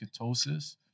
ketosis